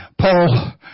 Paul